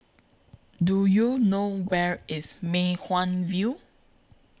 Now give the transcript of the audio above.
Do YOU know Where IS Mei Hwan View